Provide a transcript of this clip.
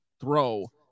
throw